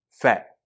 fat